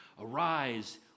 arise